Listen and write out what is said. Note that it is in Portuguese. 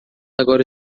agora